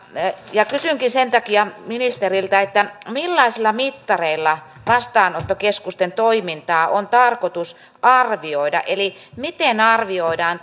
kysynkin sen takia ministeriltä millaisilla mittareilla vastaanottokeskusten toimintaa on tarkoitus arvioida eli miten arvioidaan